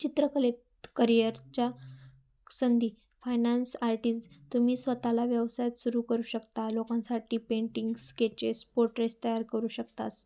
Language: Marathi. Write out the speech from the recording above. चित्रकलेत करिअरच्या संधी फायनान्स आर्टिज तुम्ही स्वताला व्यवसायात सुरू करू शकता लोकांसाठी पेंटिंग्स स्केचेस पोट्रेट्स तयार करू शकता